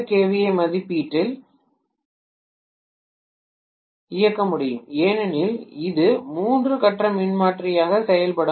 ஏ மதிப்பீட்டில் இயக்க முடியும் ஏனெனில் இது மூன்று கட்ட மின்மாற்றியாக செயல்பட முடியும்